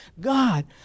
god